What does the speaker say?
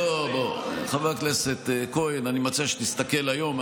בוא, חבר הכנסת כהן, אני מציע שתסתכל על היום.